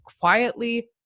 quietly